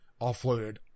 offloaded